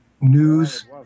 news